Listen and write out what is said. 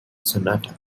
sonata